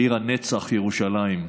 אל עיר הנצח ירושלים.